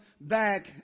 back